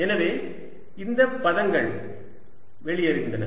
எனவே இந்த பதங்கள் வெளியேறுகின்றன